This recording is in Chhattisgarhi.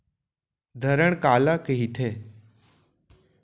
धरण काला कहिथे?